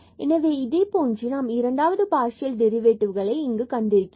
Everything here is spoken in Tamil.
எனவே இதே போன்று நாம் இரண்டாவது பார்சியல் டெரிவேட்டிவ்வை இங்கு கண்டிருக்கிறோம்